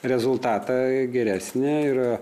rezultatą geresnį ir